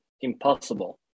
impossible